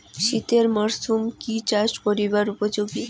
শীতের মরসুম কি চাষ করিবার উপযোগী?